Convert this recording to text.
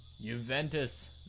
Juventus